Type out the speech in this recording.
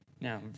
Now